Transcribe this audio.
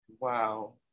wow